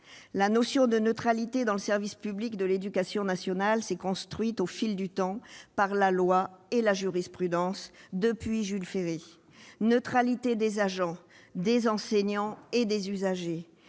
La notion de neutralité dans le service public de l'éducation nationale s'est construite au fil du temps par la loi et la jurisprudence, et ce depuis Jules Ferry : neutralité des agents, des enseignants et des usagers.